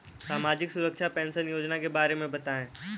सामाजिक सुरक्षा पेंशन योजना के बारे में बताएँ?